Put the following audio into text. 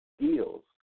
deals